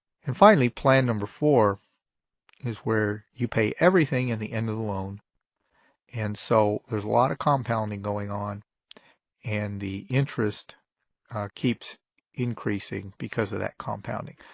and finally, plan number four is where you pay everything in the end of the loan and so there's a lot of compounding going on and the interest keeps increasing because of that compounding.